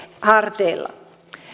harteilla